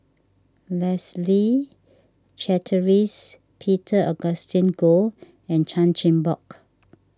Leslie Charteris Peter Augustine Goh and Chan Chin Bock